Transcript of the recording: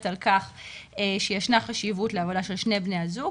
על כך שישנה חשיבות של שני בני הזוג.